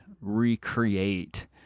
recreate